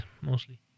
mostly